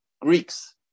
Greeks